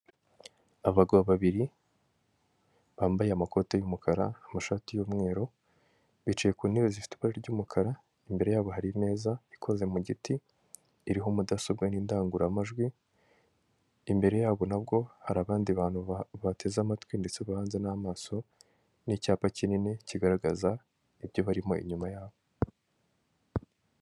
Abagabo babiri bambaye amakoti y'umukara amashati y'mweru bicaye ku ntebe zifite ibara ry'umukara imbere yabo hari imeza ikoze mu giti iriho mudasobwa n'indagururamajwi, imbere yabo nabwo hari abandi bantu bateze amatwi ndetse baba hanze n'amaso n'icyapa kinini kigaragaza ibyo barimo inyuma yabo